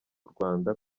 rwanda